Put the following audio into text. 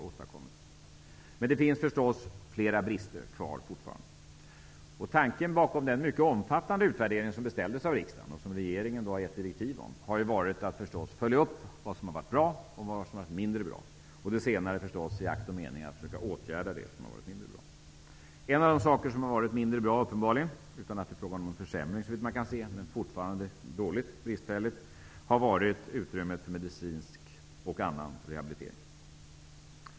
Fortfarande kvarstår förstås flera brister. Tanken bakom den mycket omfattande utvärdering som beställdes av riksdagen och som regeringen har gett direktiv om har förstås varit att följa upp vad som har varit bra och vad som har varit mindre bra -- det senare i akt och mening att man skall försöka åtgärda det som har varit mindre bra. En av de saker som uppenbarligen har varit mindre bra, utan att det är fråga om någon försämring såvitt man kan se, är utrymmet för medicinsk och annan rehabilitering.